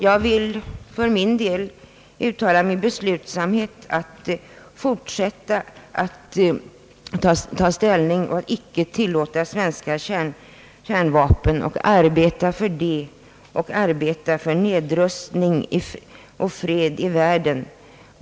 För min del vill jag uttala min beslutsamhet att fortsätta att ta ställning mot tanken på svenska kärnvapen och att arbeta för nedrustning och fred i världen.